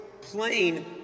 plain